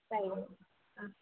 hello